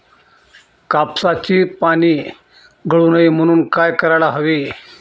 कापसाची पाने गळू नये म्हणून काय करायला हवे?